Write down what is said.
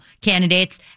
candidates